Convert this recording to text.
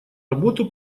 работу